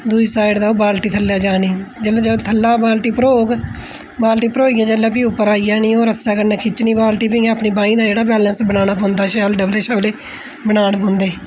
दूई साइड दा ओह् बाल्टी थल्लै जानी जेल्लै थल्लै बाल्टी भरोग बाल्टी भरोई गेई जेल्लै प्ही उप्पर आई जानी रस्से कन्नै खिच्चनी बाल्टी प्ही अपनी बाहीं दा जेह्ड़ा बैलेंस बनाना पौंदा शैल डबले शपड़े बनाने पौंदे